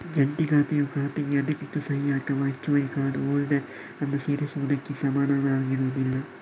ಜಂಟಿ ಖಾತೆಯು ಖಾತೆಗೆ ಅಧಿಕೃತ ಸಹಿ ಅಥವಾ ಹೆಚ್ಚುವರಿ ಕಾರ್ಡ್ ಹೋಲ್ಡರ್ ಅನ್ನು ಸೇರಿಸುವುದಕ್ಕೆ ಸಮನಾಗಿರುವುದಿಲ್ಲ